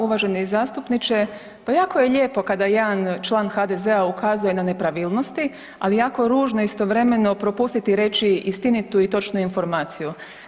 Uvaženi zastupniče, pa jako je lijepo pa kada jedan član HDZ-a ukazuje na nepravilnosti, ali je jako ružno istovremeno propustiti reći istinitu i točnu informaciju.